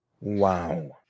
Wow